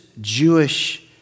Jewish